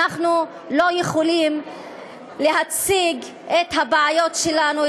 אנחנו לא יכולים להציג את הבעיות שלנו,